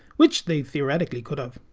which they theoretically could have.